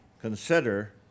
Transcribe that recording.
consider